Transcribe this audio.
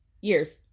years